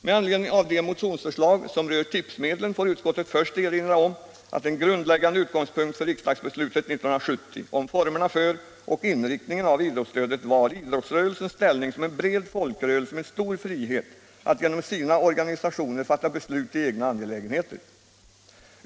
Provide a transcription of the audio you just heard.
Med anledning av de motionsförslag som rör tipsmedel får utskottet först erinra om att en grundläggande utgångspunkt för riksdagsbeslutet 1970 om formerna för och inriktningen av idrottsstödet var idrottsrörelsens ställning som en bred folkrörelse med stor frihet att genom sina organisationer fatta beslut i egna angelägenheter.